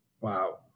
Wow